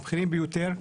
מהבכירים ביותר.